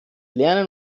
lernen